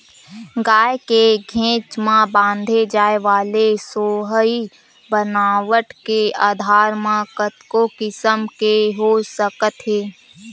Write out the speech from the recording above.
गाय के घेंच म बांधे जाय वाले सोहई बनावट के आधार म कतको किसम के हो सकत हे